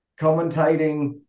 commentating